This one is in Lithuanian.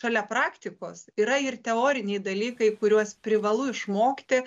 šalia praktikos yra ir teoriniai dalykai kuriuos privalu išmokti